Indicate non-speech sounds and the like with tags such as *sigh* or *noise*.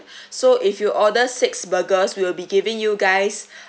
*breath* so if you order six burgers we'll be giving you guys *breath*